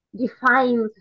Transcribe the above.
defines